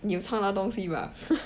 你有撞到东西 bah